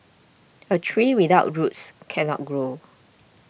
a tree without roots cannot grow